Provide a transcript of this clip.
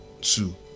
two